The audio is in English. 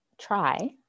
try